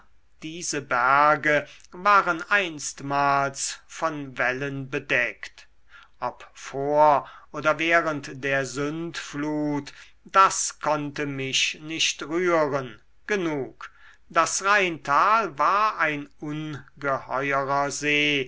diese berge waren einstmals von wellen bedeckt ob vor oder während der sündflut das konnte mich nicht rühren genug das rheintal war ein ungeheuerer see